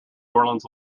orleans